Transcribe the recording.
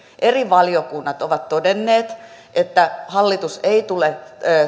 eri valiokunnat ovat todenneet että hallitus ei tule